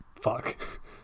Fuck